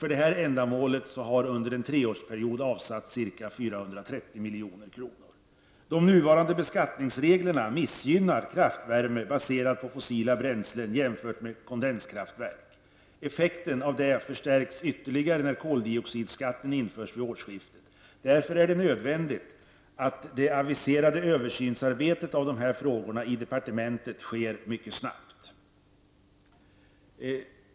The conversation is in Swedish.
För detta ändamål har under en treårsperiod avsatts ca 430 De nuvarande beskattningsreglerna missgynnar kraftvärme baserad på fossila bränslen jämfört med kondenskraftverk. Effekten av detta förstärks när koldioxidskatten införs vid årsskiftet. Därför är det nödvändigt att den aviserade översynen av dessa frågor i departementet sker mycket snabbt.